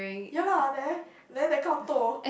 ya lah there there that kind of toh